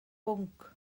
bwnc